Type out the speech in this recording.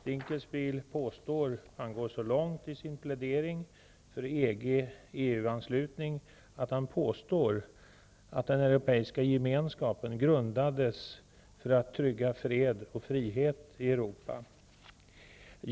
Dinkelspiel går så långt i sin plädering för EG/EU-anslutning att han påstår att den europeiska gemenskapen grundades för att trygga fred och frihet i Europa.